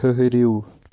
ٹھٕہرِو